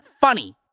funny